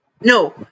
No